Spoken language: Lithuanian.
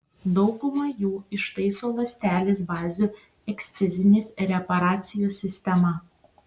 daugumą jų ištaiso ląstelės bazių ekscizinės reparacijos sistema